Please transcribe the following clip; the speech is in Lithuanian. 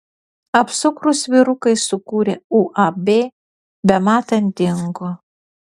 apsukrūs vyrukai sukūrę uab bematant dingo